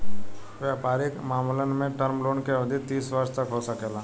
वयपारिक मामलन में टर्म लोन के अवधि तीस वर्ष तक हो सकेला